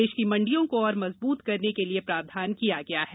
देश की मंडियों को और मजबूत करने के लिए प्रावधान किया गया है